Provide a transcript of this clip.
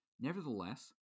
Nevertheless